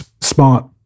smart